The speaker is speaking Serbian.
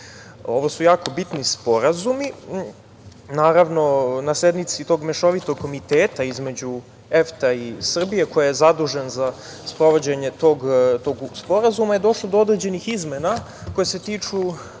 su jako bitni sporazumi. Naravno, na sednici tog Mešovitog komiteta između EFTA i Srbije, koji je zadužen za sprovođenje tog sporazuma, je došla do određenih izmena koje se tiču